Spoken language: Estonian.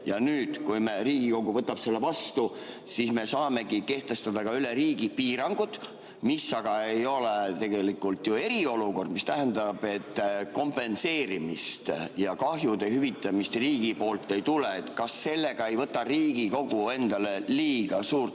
Nüüd, kui Riigikogu võtab selle [otsuse] vastu, siis me saame kehtestada ka üle riigi piirangud. See aga ei ole tegelikult ju eriolukord, mis tähendab, et kompenseerimist ja kahjude hüvitamist riigi poolt ei tule. Kas sellega ei võta Riigikogu endale liiga suurt